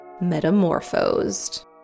metamorphosed